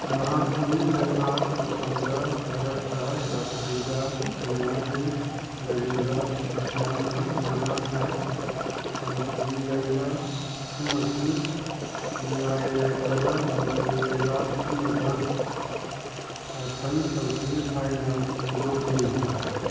ꯃꯍꯥꯛꯀꯤ ꯂꯩꯉꯥꯛ ꯃꯇꯝꯗ ꯚꯥꯔꯠꯇ ꯂꯥꯛꯈꯤꯕ ꯆꯤꯅꯥꯒꯤ ꯂꯥꯏꯅꯤꯡꯕ ꯐꯦꯁꯤꯌꯥꯟꯅ ꯃꯍꯥꯛꯅ ꯁꯥꯟꯇꯤ ꯂꯩꯕ ꯑꯃꯁꯨꯡ ꯅꯨꯡꯉꯥꯏ ꯌꯥꯏꯐꯕ ꯅꯤꯡꯊꯧ ꯂꯩꯕꯥꯛ ꯑꯝꯗ ꯁꯥꯁꯟ ꯇꯧꯈꯤ ꯍꯥꯏꯅ ꯐꯣꯡꯗꯣꯛꯂꯤ